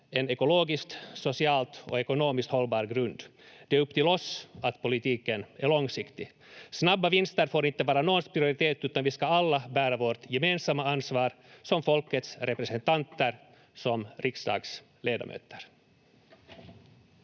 en ekologiskt, socialt och ekonomiskt hållbar grund. Det är upp till oss att politiken är långsiktig. Snabba vinster får inte vara någons prioritet, utan vi ska alla bära vårt gemensamma ansvar som folkets representanter, som riksdagsledamöter.